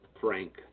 Frank